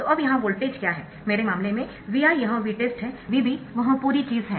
तो अब यहाँ वोल्टेज क्या है मेरे मामले में VA यह Vtest है VB वह पूरी चीज़ है